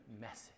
message